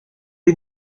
est